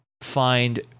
find